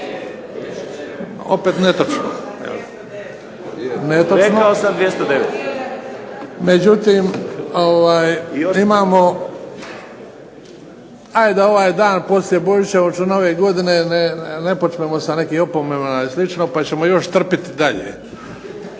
opet netočno. Međutim, imamo, ajde ovaj dan, poslije božića uoči Nove godine ne počnemo sa opomenama pa slično pa ćemo još trpiti dalje,